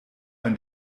ein